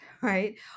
right